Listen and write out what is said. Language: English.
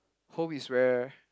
home is where